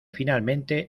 finalmente